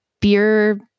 Beer